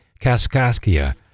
Kaskaskia